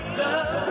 love